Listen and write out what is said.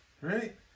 right